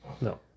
No